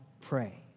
pray